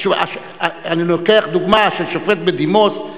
אני לוקח דוגמה של שופט בדימוס.